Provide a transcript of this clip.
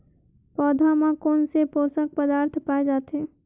पौधा मा कोन से पोषक पदार्थ पाए जाथे?